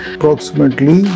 Approximately